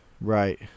right